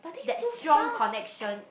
that strong connection